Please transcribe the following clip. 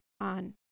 on